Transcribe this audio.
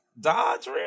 Dodge